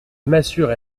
masure